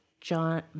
John